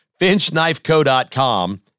finchknifeco.com